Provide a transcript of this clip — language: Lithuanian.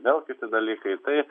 vėl kiti dalykai taip